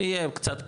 יהיה קצת פה,